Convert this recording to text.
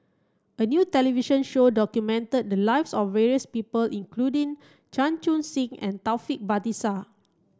a new television show documented the lives of various people including Chan Chun Sing and Taufik Batisah